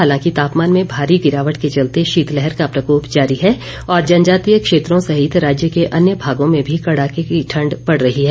हालांकि तापमान में भारी गिरावट के चलते शीतलहर का प्रकोप जारी है और जनजातीय क्षेत्रों सहित राज्य के अन्य भागों में भी कड़ाके की ठंड पड़ रही है